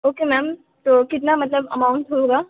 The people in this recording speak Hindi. ओके मैम तो कितना मतलब अमाउंट होगा